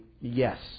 yes